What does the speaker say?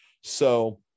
So-